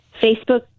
Facebook